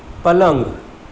પલંગ